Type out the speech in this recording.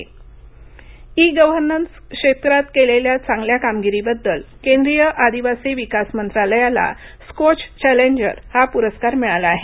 स्कोच प्रस्कार e governance क्षेत्रात केलेल्या चांगल्या कामगिरीबद्दल केंद्रीय आदिवासी विकास मंत्रालयाला स्कोच चॅलेंजर हा पुरस्कार मिळाला आहे